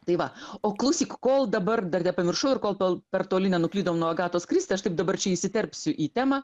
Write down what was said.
tai va o klausyk kol dabar dar nepamiršau ir kol kol per toli nenuklydom nuo agatos kristi aš taip dabar čia įsiterpsiu į temą